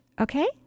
Okay